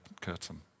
curtain